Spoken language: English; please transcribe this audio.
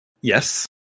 Yes